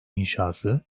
inşası